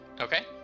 Okay